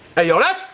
hey yo that's